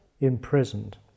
imprisoned